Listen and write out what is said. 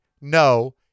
No